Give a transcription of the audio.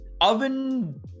oven